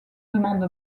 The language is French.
demande